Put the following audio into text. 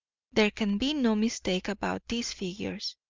there can be no mistake about these figures,